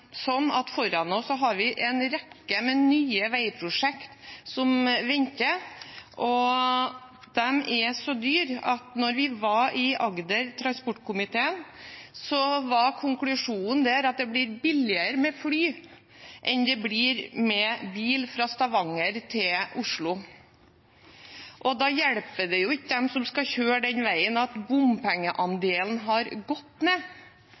så dyre at da transportkomiteen var i Agder, var konklusjonen der at det blir billigere med fly fra Stavanger til Oslo enn det blir med bil. Og da hjelper det ikke dem som skal kjøre den veien, at bompengeandelen har gått ned.